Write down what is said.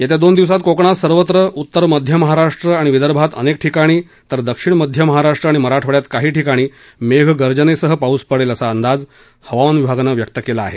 येत्या दोन दिवसांत कोकणात सर्वत्र उत्तर मध्य महाराष्ट्र आणि विदर्भात अनेक ठिकाणी तर दक्षिण मध्य महाराष्ट्र आणि मराठवाड्यात काही ठिकाणी मेघगर्जनेसह पाऊस पडेल असा अंदाज हवामान विभागानं व्यक्त केला आहे